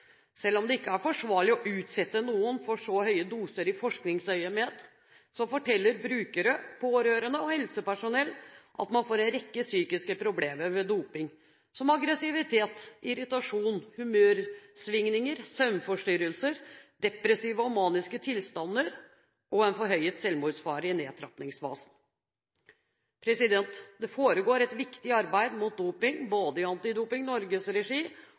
Selv om det ikke er forsvarlig å utsette noen for så høye doser i forskningsøyemed, forteller brukere, pårørende og helsepersonell at man får en rekke psykiske problemer ved doping, som aggressivitet, irritasjon, humørsvingninger, søvnforstyrrelser, depressive og maniske tilstander og en forhøyet selvmordsfare i nedtrappingsfasen. Det foregår et viktig arbeid mot doping både i Antidoping Norges regi